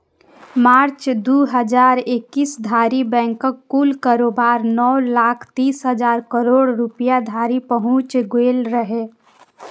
मार्च, दू हजार इकैस धरि बैंकक कुल कारोबार नौ लाख तीस हजार करोड़ रुपैया धरि पहुंच गेल रहै